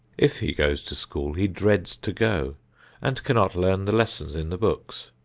if he goes to school, he dreads to go and cannot learn the lessons in the books.